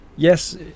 Yes